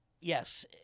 yes